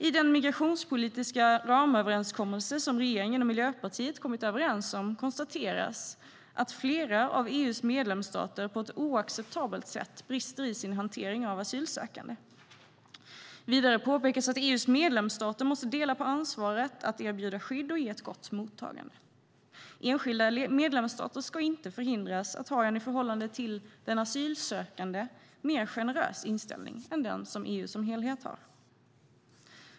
I den migrationspolitiska ramöverenskommelse som regeringen och Miljöpartiet har slutit konstateras att "flera av EU:s medlemsstater på ett oacceptabelt sätt brister i sin hantering av asylsökande". Vidare påpekas att "EU:s medlemsstater måste dela på ansvaret att erbjuda skydd och ge ett gott mottagande. Enskilda medlemsstater ska inte förhindras att ha en i förhållande till den asylsökande mer generös inställning än den som EU som helhet har."